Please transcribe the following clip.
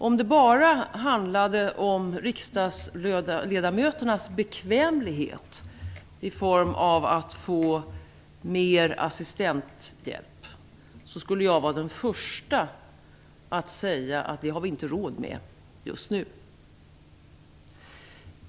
Om det bara handlade om riksdagsledamöternas bekvämlighet i form av att få mer assistenthjälp skulle jag vara den första att säga att vi inte har råd med det just nu.